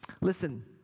Listen